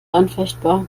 anfechtbar